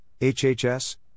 HHS